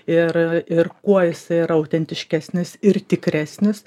ir ir kuo jisai yra autentiškesnis ir tikresnis